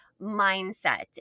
mindset